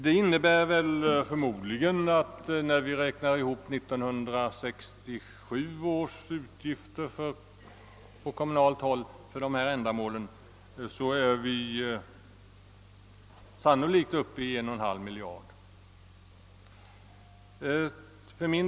Detta innebär förmodligen att vi när vi räknar ihop 1967 års kommunala utgifter för dessa ändamål är uppe i över 1,5 miljard kronor.